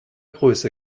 größe